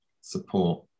support